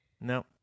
no